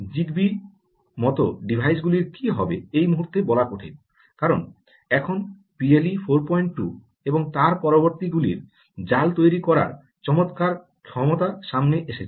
Zigbee মত ডিভাইসগুলির কি হবে এই মুহুর্তে বলা কঠিন কারণ এখন বিএলই 42 এবং তার পরবর্তী গুলোর জাল তৈরি করার চমত্কার ক্ষমতা সামনে এসেছে